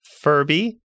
Furby